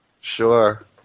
Sure